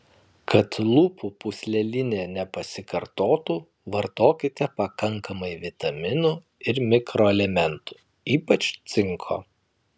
kad lūpų pūslelinė nepasikartotų vartokite pakankamai vitaminų ir mikroelementų ypač cinko